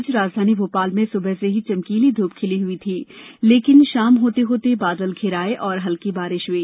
आज राजधानी भोपाल में सुबह से ही चमकीली धूप खिली हुई थी लेकिन शाम होते होते बादल घिर आये और हल्की बारिश हुई